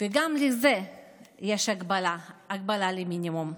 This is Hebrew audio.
וגם לזה יש הגבלה, הגבלה למינימום.